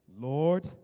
Lord